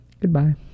Goodbye